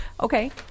Okay